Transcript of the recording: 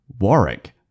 Warwick